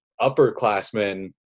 upperclassmen